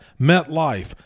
MetLife